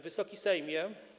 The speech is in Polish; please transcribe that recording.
Wysoki Sejmie!